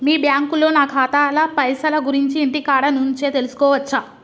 మీ బ్యాంకులో నా ఖాతాల పైసల గురించి ఇంటికాడ నుంచే తెలుసుకోవచ్చా?